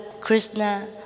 Krishna